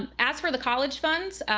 um as for the college funds,